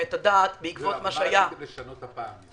את הדעת בעקבות מה שהיה -- מה --- לשנות הפעם?